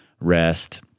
rest